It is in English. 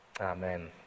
amen